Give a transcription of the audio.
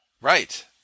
Right